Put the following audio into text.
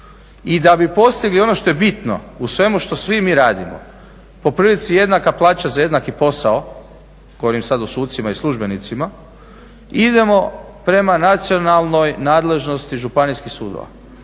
I da bi postigli ono što je bitno u svemu što svi mi radimo, poprilici jednaka plaća za jednaki posao, govorim sada o sucima i službenicima, idemo prema nacionalnoj nadležnosti županijskih sudova.